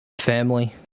family